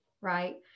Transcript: right